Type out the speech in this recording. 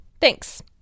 Thanks